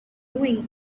doing